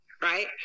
Right